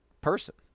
person